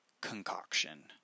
concoction